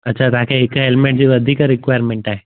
अच्छा तव्हांखे हिक हेलमेट जी वधीक रिक्वायरमेंट आहे